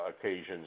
occasions